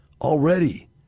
already